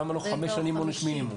למה לא חמש שנים עונש מינימום?